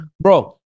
bro